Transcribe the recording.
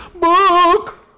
book